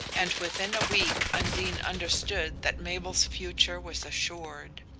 and within a week undine understood that mabel's future was assured.